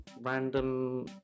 random